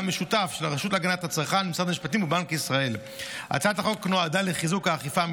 בשם שר הכלכלה והתעשייה,